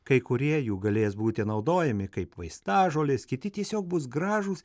kai kurie jų galės būti naudojami kaip vaistažolės kiti tiesiog bus gražūs